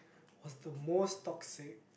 was the most toxic